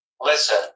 listen